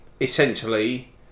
essentially